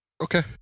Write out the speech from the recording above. Okay